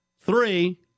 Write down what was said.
Three